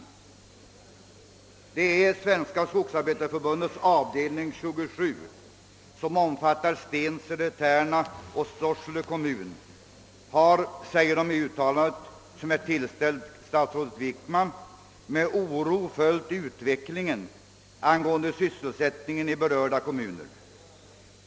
I skrivelse till statsrådet Wickman heter det: »Sv. Skogsarbetarförbundet avd. 27, som omfattar Stensele, Tärna och Sorsele kommun, har med oro följt utvecklingen ang. sysselsättningsläget i berörda kommuner.